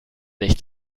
nicht